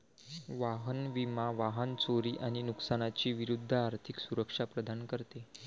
वाहन विमा वाहन चोरी आणि नुकसानी विरूद्ध आर्थिक सुरक्षा प्रदान करते